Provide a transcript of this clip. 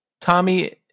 tommy